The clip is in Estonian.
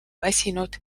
väsinud